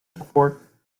before